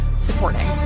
supporting